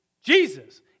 Jesus